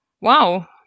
wow